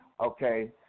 Okay